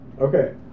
Okay